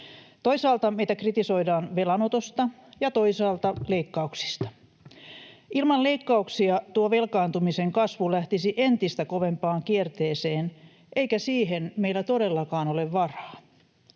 Toisaalta meitä kritisoidaan velanotosta ja toisaalta leikkauksista. Ilman leikkauksia tuo velkaantumisen kasvu lähtisi entistä kovempaan kierteeseen, eikä siihen meillä todellakaan ole varaa.